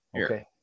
Okay